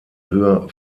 höhe